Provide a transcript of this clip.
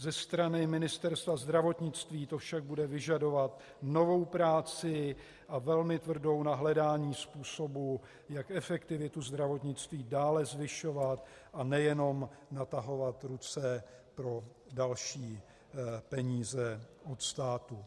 Ze strany Ministerstva zdravotnictví to však bude vyžadovat novou práci a velmi tvrdou na hledání způsobu, jak efektivitu zdravotnictví dále zvyšovat a nejenom natahovat ruce pro další peníze od státu.